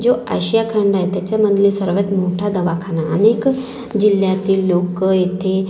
जो आशिया खंड आहे त्याच्यामधली सर्वात मोठा दवाखाना अनेक जिल्ह्यातील लोक येथे